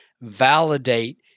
Validate